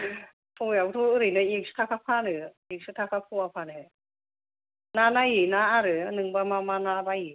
फवायावथ' ओरैनो एकस' थाखा फानो एकस' थाखा फवा फानो ना नायै ना आरो नोंबा मा मा ना बायो